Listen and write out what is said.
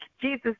Jesus